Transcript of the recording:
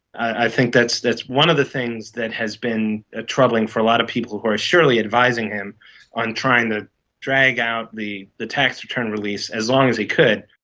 i think that's that's one of the things that has been ah troubling for a lot of people who are surely advising him on trying to drag out the tax tax return release as long as he could.